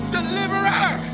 Deliverer